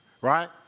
right